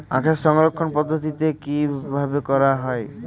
আখের সংরক্ষণ পদ্ধতি কিভাবে করা হয়?